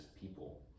people